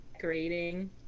grading